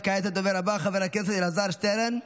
כעת הדובר הבא, חבר הכנסת אלעזר שטרן,